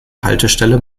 haltestelle